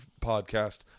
podcast